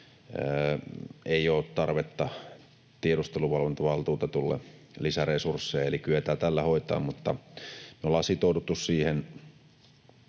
ei ole tarvetta tiedusteluvalvontavaltuutetun lisäresursseille. Eli tällä kyetään hoitamaan, mutta me ollaan sitouduttu siihen,